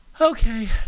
Okay